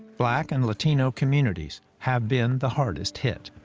black and latino communities have been the hardest hit.